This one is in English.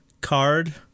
Card